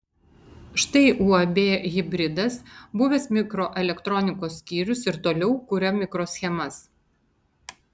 štai uab hibridas buvęs mikroelektronikos skyrius ir toliau kuria mikroschemas